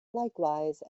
likewise